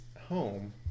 home